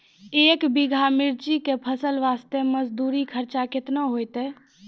एक बीघा मिर्ची के फसल वास्ते मजदूरी खर्चा केतना होइते?